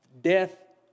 death